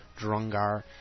Drungar